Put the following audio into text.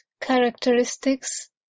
characteristics